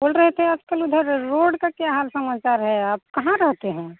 बोल रहे थे आपके ले उधर रोड का क्या हाल समाचार है आप कहाँ रहते हैं